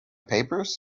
papers